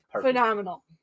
phenomenal